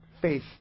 faith